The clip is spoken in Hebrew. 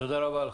תודה רבה.